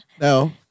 No